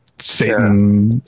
Satan